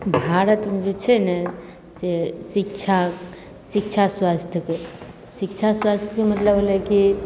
भारतमे जे छै ने से शिक्षा शिक्षा स्वास्थयके शिक्षा स्वास्थयके मतलब होलै की